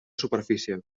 superfície